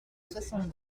soixante